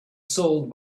sold